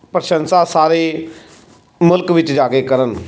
ਪ੍ਰਸ਼ੰਸਾ ਸਾਰੇ ਮੁਲਖ ਵਿੱਚ ਜਾ ਕੇ ਕਰਨ